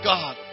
God